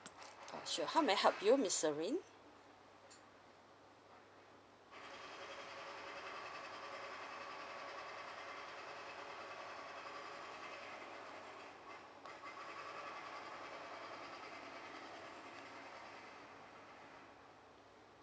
uh sure how may I help you miss serene